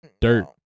Dirt